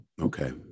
Okay